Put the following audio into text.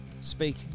speak